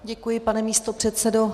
Děkuji, pane místopředsedo.